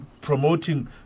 promoting